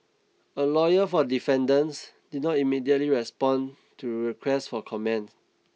a lawyer for the defendants did not immediately respond to requests for comment